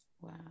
Wow